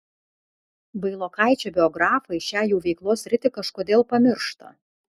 vailokaičių biografai šią jų veiklos sritį kažkodėl pamiršta